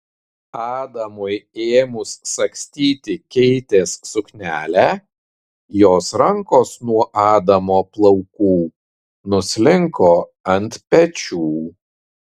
adamui ėmus sagstyti keitės suknelę jos rankos nuo adamo plaukų nuslinko ant pečių